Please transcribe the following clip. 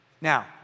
Now